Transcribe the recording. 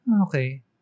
Okay